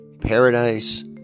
paradise